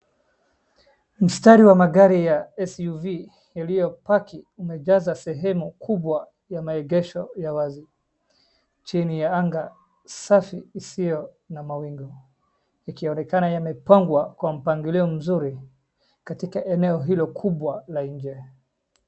Mstari wa magari ya SUV yaliyopaki yamejaza sehemu kubwa ya maegesho ya wazi chini ya anga safi isiona mawingu, ikionekana yamepangwa kwa mpangilio mzuri katika eneo hilo kubwa la nje.